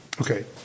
Okay